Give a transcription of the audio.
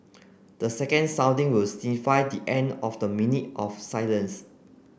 the second sounding will signify the end of the minute of silence